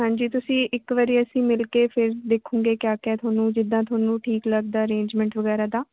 ਹਾਂਜੀ ਤੁਸੀਂ ਇੱਕ ਵਾਰੀ ਅਸੀਂ ਮਿਲਕੇ ਫਿਰ ਦੇਖਾਂਗੇ ਕਿਆ ਕਿਆ ਤੁਹਾਨੂੰ ਜਿੱਦਾਂ ਤੁਹਾਨੂੰ ਠੀਕ ਲੱਗਦਾ ਅਰੇਜਮੈਂਟ ਵਗੈਰਾ ਦਾ